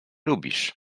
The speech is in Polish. lubisz